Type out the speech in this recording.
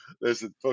Listen